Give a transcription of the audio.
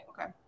okay